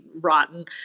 rotten